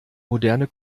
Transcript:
moderne